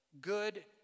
good